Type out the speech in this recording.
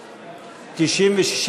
6), התשע"ו 2016, נתקבל.